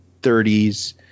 30s